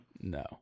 No